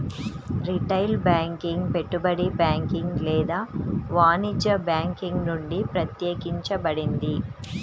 retail banking పెట్టుబడి banking లేదా వాణిజ్య బ్యాంకింగ్ నుండి ప్రత్యేకించబడింది